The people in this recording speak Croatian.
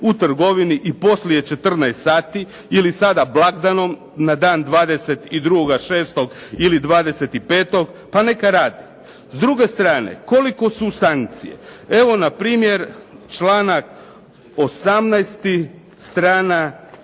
u trgovini i poslije 14 sati ili sada blagdanom na dan 22. 6. ili 25. pa neka rade. S druge strane kolike su sankcije, evo npr. članak 18.-ti strana